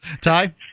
Ty